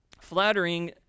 flattering